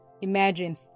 Imagine